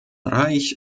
reich